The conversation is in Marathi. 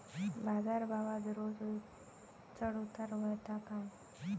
बाजार भावात रोज चढउतार व्हता काय?